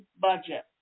budget